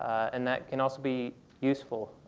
and that can also be useful.